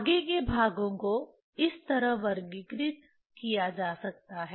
आगे के भागों को इस तरह वर्गीकृत किया जा सकता है